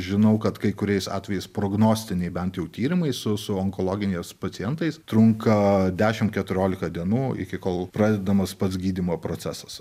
žinau kad kai kuriais atvejais prognostiniai bent jau tyrimai su su onkologiniais pacientais trunka dešim keturioliką dienų iki kol pradedamas pats gydymo procesas